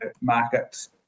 markets